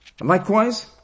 Likewise